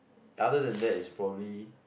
other than that is probably